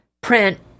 print